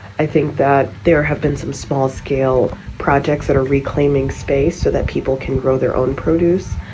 i think that there have been some small scale projects that are reclaiming space so that people can grow their own produce.